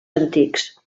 antics